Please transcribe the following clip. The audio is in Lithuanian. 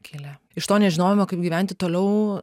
kilę iš to nežinojimo kaip gyventi toliau